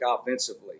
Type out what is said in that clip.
offensively